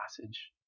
passage